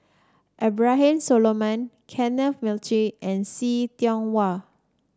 Abraham Solomon Kenneth Mitchell and See Tiong Wah